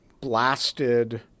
blasted